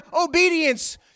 obedience